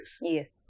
Yes